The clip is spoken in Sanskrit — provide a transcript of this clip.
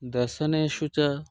दर्शनेषु च